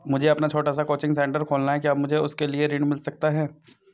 मुझे अपना छोटा सा कोचिंग सेंटर खोलना है क्या मुझे उसके लिए ऋण मिल सकता है?